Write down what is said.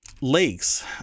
lakes